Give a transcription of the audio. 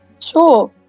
Sure